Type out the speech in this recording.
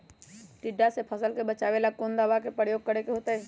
टिड्डा से फसल के बचावेला कौन दावा के प्रयोग करके होतै?